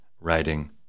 writing